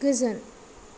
गोजोन